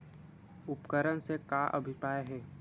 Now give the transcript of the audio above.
उपकरण से का अभिप्राय हे?